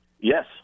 Yes